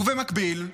ובמקביל,